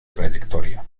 trayectoria